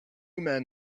men